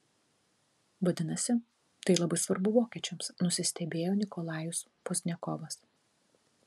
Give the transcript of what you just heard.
vadinasi tai labai svarbu vokiečiams nusistebėjo nikolajus pozdniakovas